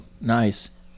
Nice